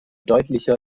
deutlicher